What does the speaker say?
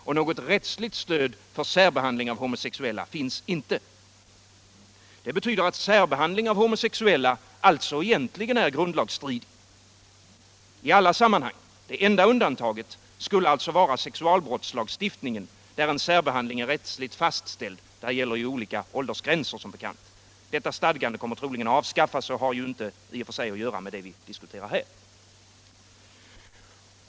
Och något rättsligt stöd för särbehandling av homosexuella finns inte. Det betyder att särbehandling av homosexuella alltså egentligen är grundlagsstridig. Enda undantaget skulle vara sexualbrottslagstiftningen, där en särbehandling är rättsligt fastställd. Där gäller som bekant åldersgränser, men detta stadgande kommer troligen att avskaffas och har i och för sig inte att göra med det vi här diskuterar.